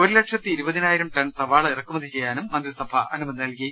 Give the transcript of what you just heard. ഒരുലക്ഷത്തി ഇരുപതിനായിരം ടൺ സ്വാള ഇറക്കുമതി ചെയ്യാനും മന്ത്രിസഭ അനുമതി നൽകി